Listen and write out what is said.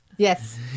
Yes